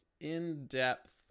in-depth